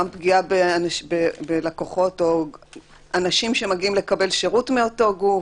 גם פגיעה בלקוחות או אנשים שמגיעים לקבל שירות מאותו גוף.